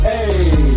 Hey